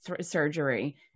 surgery